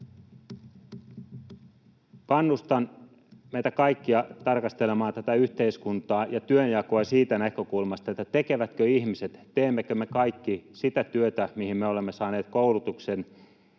Kannustan meitä kaikkia tarkastelemaan tätä yhteiskuntaa ja työnjakoa siitä näkökulmasta, tekevätkö ihmiset, teemmekö me kaikki sitä työtä, mihin me olemme saaneet koulutuksen,